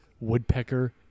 Woodpecker